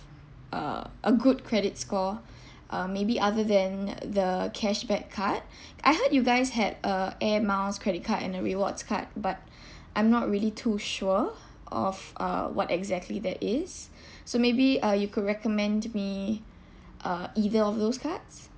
uh a good credit score uh maybe other than the cashback card I heard you guys had a air miles credit card and a rewards card but I'm not really too sure of uh what exactly that is so maybe uh you could recommend me uh either of those cards